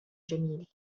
جميل